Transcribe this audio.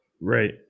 Right